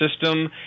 system